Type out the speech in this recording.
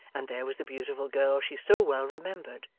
and there was the beautiful girl she so well remembered,